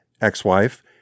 ex-wife